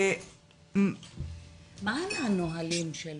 מה היה הנהלים של